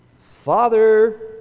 Father